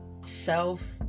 Self